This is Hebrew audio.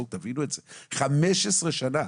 בואו תבינו את זה 15 שנה,